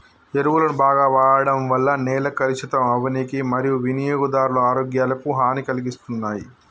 ఎరువులను బాగ వాడడం వల్ల నేల కలుషితం అవ్వనీకి మరియూ వినియోగదారుల ఆరోగ్యాలకు హనీ కలిగిస్తున్నాయి